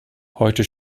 heute